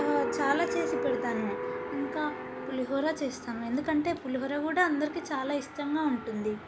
చాలా చేసి పెడతాను ఇంకా పులిహోర చేస్తాను ఎందుకంటే పులిహోర కూడా అందరికి చాలా ఇష్టంగా ఉంటుంది